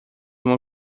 uma